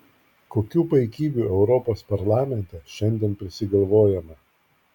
kokių paikybių europos parlamente šiandien prisigalvojama